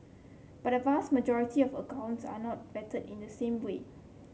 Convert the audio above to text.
but a vast majority of accounts are not vetted in the same way